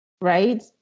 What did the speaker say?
right